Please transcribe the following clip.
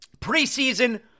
preseason